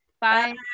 Bye